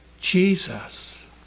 Jesus